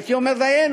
הייתי אומר דיינו.